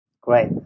Great